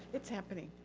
it's happening.